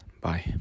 Bye